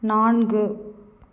நான்கு